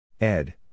Ed